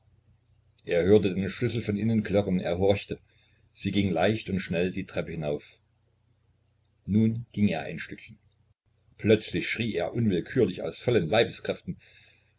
er hörte den schlüssel von innen klirren er horchte sie ging leicht und schnell die treppe hinauf nun ging er ein stückchen plötzlich schrie er unwillkürlich aus vollen leibeskräften